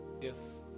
yes